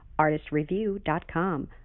ArtistReview.com